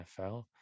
NFL